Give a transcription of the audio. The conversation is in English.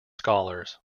scholars